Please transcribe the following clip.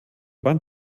wand